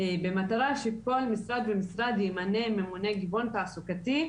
במטרה שכל משרד ומשרד ימנה ממונה גיוון תעסוקתי,